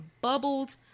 bubbled